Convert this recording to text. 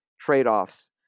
trade-offs